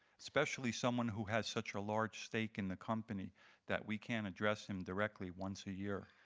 especially someone who has such a large stake in the company that we can't address him directly once a year.